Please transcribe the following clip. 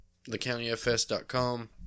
TheCountyFS.com